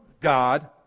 God